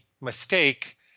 mistake